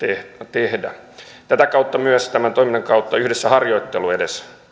tehdä tätä kautta myös tämän toiminnan kautta edes yhdessä harjoittelu